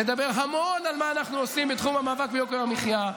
לדבר המון על מה אנחנו עושים בתחום המאבק ביוקר המחיה.